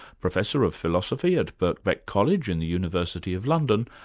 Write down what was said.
professor of philosophy at birkbeck college in the university of london,